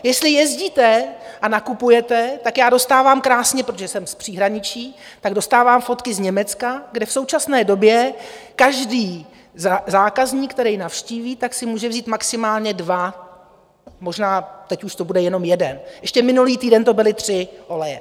Jestli jezdíte a nakupujete, tak já dostávám krásné protože jsem z příhraničí dostávám fotky z Německa, kde v současné době každý zákazník, který navštíví, tak si může vzít maximálně dva, možná to teď bude už jenom jeden, ještě minulý týden to byly tři oleje.